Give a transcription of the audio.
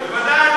בוודאי.